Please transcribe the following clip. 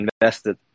invested